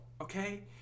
okay